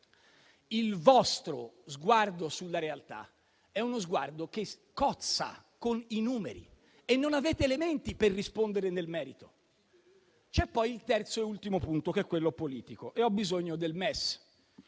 Il vostro sguardo sulla realtà è uno sguardo che cozza con i numeri e non avete elementi per rispondere nel merito. C'è poi il terzo e ultimo punto, che è quello politico e ho bisogno del MES